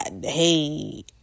hey